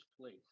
place